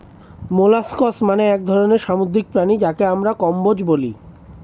molluscs মানে এক ধরনের সামুদ্রিক প্রাণী যাকে আমরা কম্বোজ বলি